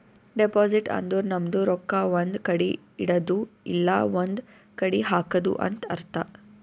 deposit ಅಂದುರ್ ನಮ್ದು ರೊಕ್ಕಾ ಒಂದ್ ಕಡಿ ಇಡದ್ದು ಇಲ್ಲಾ ಒಂದ್ ಕಡಿ ಹಾಕದು ಅಂತ್ ಅರ್ಥ